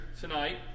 tonight